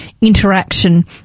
interaction